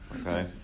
Okay